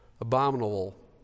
abominable